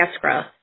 growth